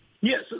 Yes